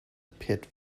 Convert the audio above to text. pit